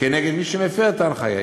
נגד מי שמפר את ההנחיה.